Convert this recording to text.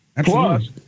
Plus